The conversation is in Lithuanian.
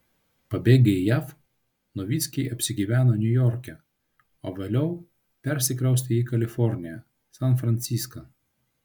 pabėgę į jav novickiai apsigyveno niujorke o vėliau persikraustė į kaliforniją san franciską